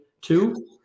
two